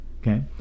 Okay